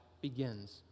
begins